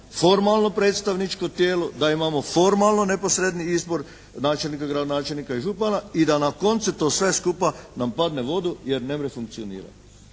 formalno predstavničko tijelo, da imamo formalno neposredni izbor načelnika, gradonačelnika i župana i da na koncu to sve skupa nam padne u vodu jer nemre funkcionirati.